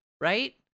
right